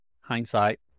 hindsight